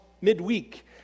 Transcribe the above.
midweek